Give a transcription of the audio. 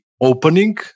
opening